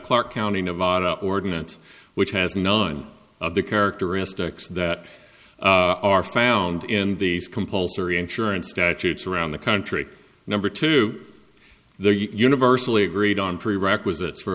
clark county nevada ordinance which has none of the characteristics that are found in these compulsory insurance statutes around the country number two the universally agreed on prerequisites for